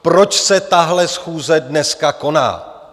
Proč se tahle schůze dneska koná?